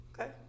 Okay